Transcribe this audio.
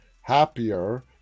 happier